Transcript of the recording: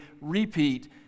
repeat